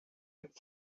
had